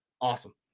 Awesome